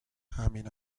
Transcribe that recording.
همین